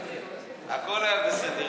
הכול היה בסדר,